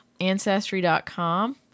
Ancestry.com